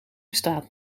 bestaat